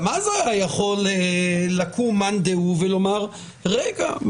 גם אז היה יכול לקום מאן-דהו ולומר: רגע,